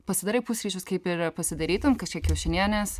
pasidarai pusryčius kaip ir pasidarytum kažkiek kiaušinienės